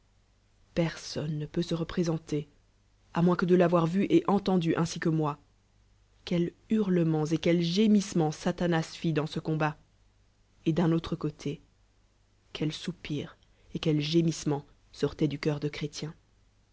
personne ne peut se représenter à moins que de j'aveu v et entendu ainsi que moi quels hurlements et quels rugissements satanas fit dans ce comba t et d'un tutre côté quels tnire de chrétien